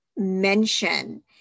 mention